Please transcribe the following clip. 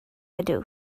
ydw